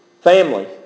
family